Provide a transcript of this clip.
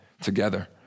together